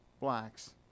blacks